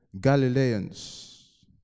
Galileans